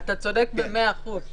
אתה צודק במאה אחוז.